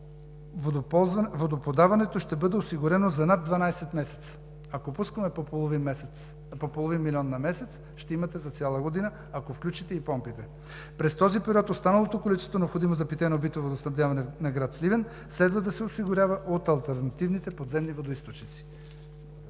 водоподаването ще бъде осигурено за над 12 месеца. Ако пускаме по половин милион на месец, ще имате за цяла година, ако включите и помпите. През този период останалото количество, необходимо за питейно-битово водоснабдяване на град Сливен, следва да се осигурява от алтернативните подземни водоизточници.